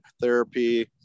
therapy